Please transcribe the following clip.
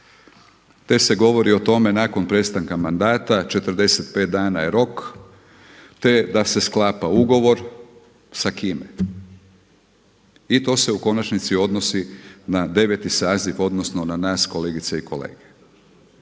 Te se govori o tome nakon prestanka mandata, 45 dana je rok te da se sklapa ugovor. Sa kime? I to se u konačnici odnosi na 9. saziv odnosno na nas kolegice i kolege.